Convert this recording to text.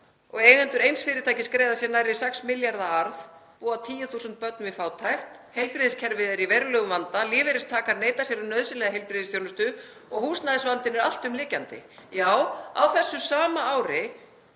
og eigendur eins fyrirtækis greiða sér nærri 6 milljarða arð búa 10.000 börn við fátækt, heilbrigðiskerfið er í verulegum vanda, lífeyristakar neita sér um nauðsynlega heilbrigðisþjónustu og húsnæðisvandinn er alltumlykjandi. Á þessu sama ári